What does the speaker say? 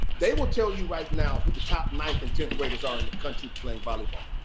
they will tell you right now who the top ninth, and tenth graders are in the country playing volleyball.